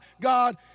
God